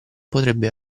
potrebbe